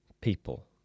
people